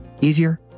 easier